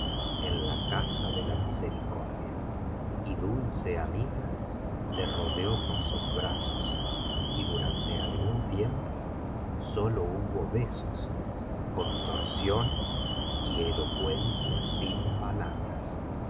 en la casa de la misericordia y dulce amiga le rodeó con sus brazos y durante algún tiempo sólo hubo besos contorsiones y elocuencia sin palabras